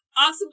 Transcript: Awesome